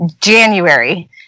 January